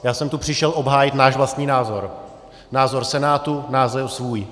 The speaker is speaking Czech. Já jsem přišel obhájit náš vlastní názor, názor Senátu, názor svůj.